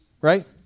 right